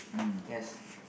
mm